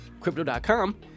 crypto.com